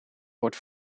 word